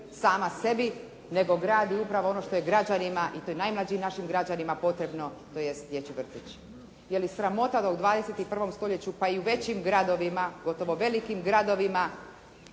sama sebi nego gradi upravo ono što je građanima i to najmlađim našim građanima potrebno tj. dječji vrtić. Je li sramota da u 21. stoljeću pa i u većim gradovima, gotovo velikim gradovima